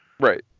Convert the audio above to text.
Right